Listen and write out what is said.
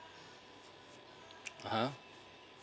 (uh huh)